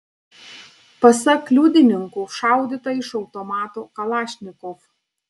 pasak liudininkų šaudyta iš automato kalašnikov